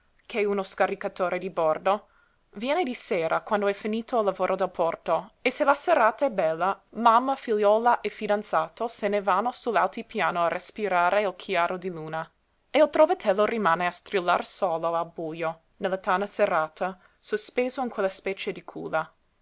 che è uno scaricatore di bordo viene di sera quando è finito il lavoro del porto e se la serata è bella mamma figliuola e fidanzato se ne vanno sull'altipiano a respirare il chiaro di luna e il trovatello rimane a strillar solo al bujo nella tana serrata sospeso in quella specie di culla